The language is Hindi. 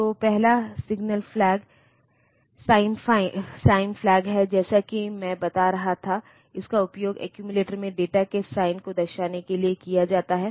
तो पहला सिग्न फ्लैग है जैसा कि मैं बता रहा था कि इसका उपयोग एक्यूमुलेटर में डेटा के साइन को दर्शाने के लिए किया जाता है